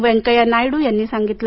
व्यंकया नायडू यांनी सांगितलं